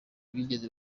bigeze